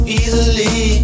easily